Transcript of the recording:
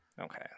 Okay